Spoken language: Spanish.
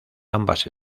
ambas